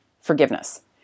forgiveness